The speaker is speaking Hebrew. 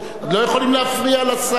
לא יכולים להפריע לשר.